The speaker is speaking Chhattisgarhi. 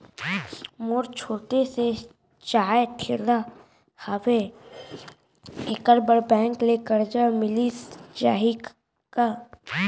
मोर छोटे से चाय ठेला हावे एखर बर बैंक ले करजा मिलिस जाही का?